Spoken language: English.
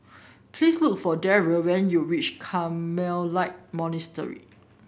please look for Daryl when you reach Carmelite Monastery